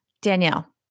Danielle